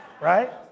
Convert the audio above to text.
Right